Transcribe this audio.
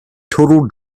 total